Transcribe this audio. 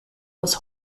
aus